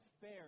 fair